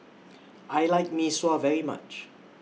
I like Mee Sua very much